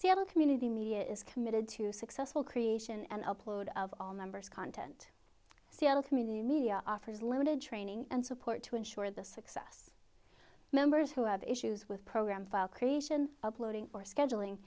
seattle community media is committed to successful creation and upload of all members content seattle community media offers limited training and support to ensure the success members who have issues with program file creation uploading or scheduling